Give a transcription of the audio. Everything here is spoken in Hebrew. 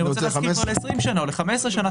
אני רוצה להשכיר ל-20 שנים או ל-15 שנים,